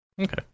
Okay